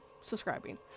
subscribing